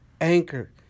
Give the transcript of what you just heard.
Anchor